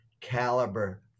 caliber